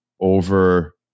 over